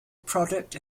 product